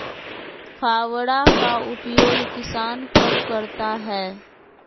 फावड़ा का उपयोग किसान कब करता है?